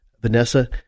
Vanessa